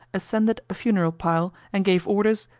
ascended a funeral pile, and gave orders,